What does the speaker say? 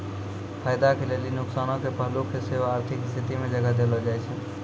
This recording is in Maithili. फायदा के लेली नुकसानो के पहलू के सेहो आर्थिक स्थिति मे जगह देलो जाय छै